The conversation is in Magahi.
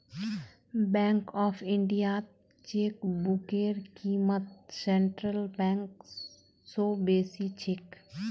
बैंक ऑफ इंडियात चेकबुकेर क़ीमत सेंट्रल बैंक स बेसी छेक